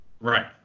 Right